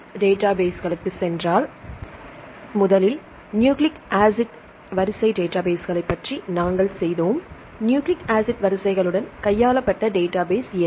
PUBMED என்ன